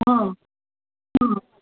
ಹಾಂ ಹಾಂ